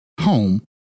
home